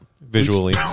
visually